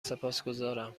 سپاسگذارم